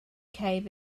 cave